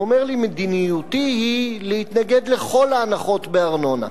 והוא אומר לי: מדיניותי היא להתנגד לכל ההנחות בארנונה.